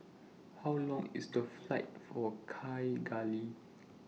How Long IS The Flight to Kigali